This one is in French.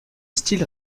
style